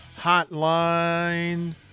hotline